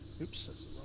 Oops